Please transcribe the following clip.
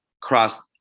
cross